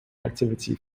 activity